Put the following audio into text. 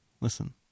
Listen